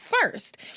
first